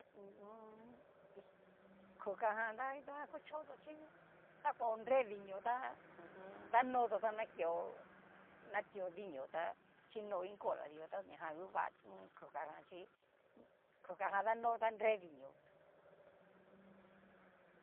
Hu u un. hí kuka jan ta kito jan kuchoti chí, ta kuao nre dinio tá hu u un. danoto ta na keo, natio dinio tá, chino iin cola dinio tá ñajan ngu va kuka jan chí kuka ján nanó ta nre dinio.